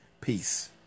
peace